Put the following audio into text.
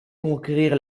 conquérir